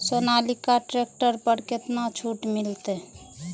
Sonalika tractor पर केतना छूट मिलते?